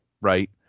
right